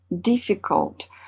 Difficult